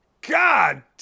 God